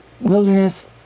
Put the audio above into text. wilderness